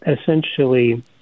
essentially